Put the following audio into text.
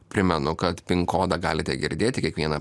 primenu kad pinkodą galite girdėti kiekvieną